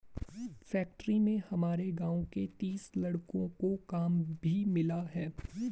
factory में हमारे गांव के तीस लड़कों को काम भी मिला है